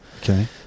Okay